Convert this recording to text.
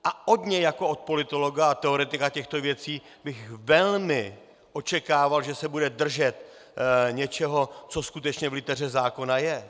Od něj jako od politologa a teoretika těchto věcí bych velmi očekával, že se bude držet něčeho, co skutečně v liteře zákona je.